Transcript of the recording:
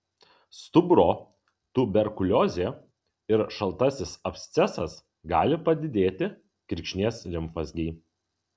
stuburo tuberkuliozė ir šaltasis abscesas gali padidėti kirkšnies limfmazgiai